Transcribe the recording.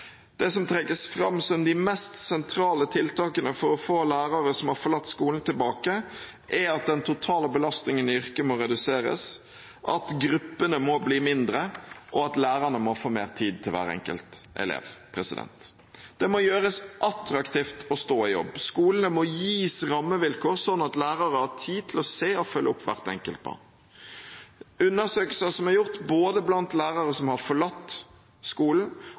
Det som trekkes fram som de mest sentrale tiltakene for å få lærere som har forlatt skolen, tilbake, er at den totale belastningen i yrket må reduseres, at gruppene må bli mindre, og at lærerne må få mer tid til hver enkelt elev. Det må gjøres attraktivt å stå i jobb. Skolene må gis rammevilkår sånn at lærere har tid til å se og følge opp hvert enkelt barn. Undersøkelser som er gjort, både blant lærere som har forlatt skolen